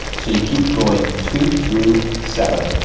so you keep going two through seven,